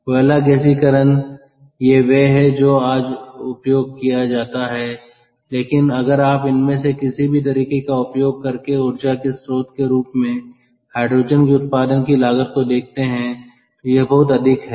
कोयला गैसीकरण ये वे हैं जो आज उपयोग किए जाते हैं लेकिन अगर आप इनमें से किसी भी तरीके का उपयोग करके ऊर्जा के स्रोत के रूप में हाइड्रोजन के उत्पादन की लागत को देखते हैं तो यह बहुत अधिक है